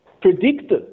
predicted